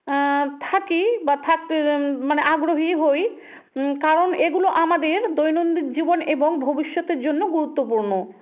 থাকি বা থাকতে মানে আগ্রহী হই কারণ এগুলো আমাদের দৈনন্দিন জীবন এবং ভবিষ্যতের জন্য গুরুত্বপূর্ণ